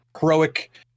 heroic